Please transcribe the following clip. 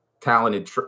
talented